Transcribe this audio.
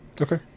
Okay